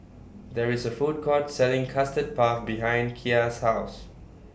There IS A Food Court Selling Custard Puff behind Kya's House